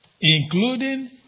including